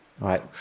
Right